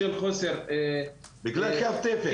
בשל חוסר --- בגלל קו תפן.